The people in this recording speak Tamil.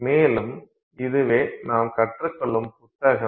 மேலும் இதுவே நாம் கற்றுக் கொள்ளும் புத்தகம்